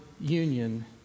union